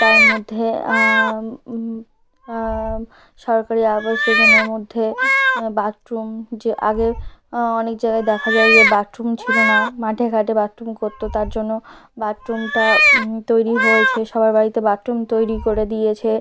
তার মধ্যে সরকারি আবাস যোজনার মধ্যে বাথরুম যে আগে অনেক জায়গায় দেখা যায় যে বাথরুম ছিলো না মাঠে ঘাটে বাথরুম করতো তার জন্য বাথরুমটা তৈরি হয়েছে সবার বাড়িতে বাথরুম তৈরি করে দিয়েছে